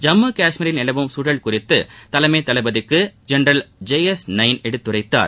ஜம்மு காஷ்மீரில் நிலவும் சூழல் குறித்து தலைமை தளபதிக்கு ஜென்ரல் ஜே எஸ் நையின் எடுத்துரைத்தார்